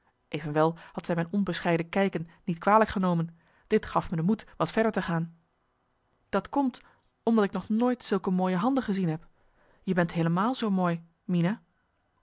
zij had mijn onbescheiden kijken niet kwalijk genomen dit gaf me de moed wat verder te gaan dat komt omdat ik nog nooit zulke mooie handen gezien heb je bent heelemaal zoo mooi mina